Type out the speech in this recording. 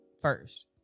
first